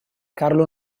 carlo